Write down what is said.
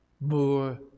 more